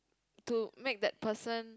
to make that person